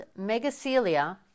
megacelia